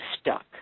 stuck